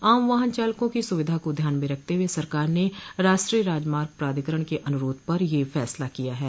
आम वाहन चालकों की सुविधा को ध्यान में रखते हुए सरकार ने राष्ट्रीय राजमार्ग प्राधिकरण के अनुरोध पर यह फैसला किया है